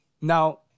now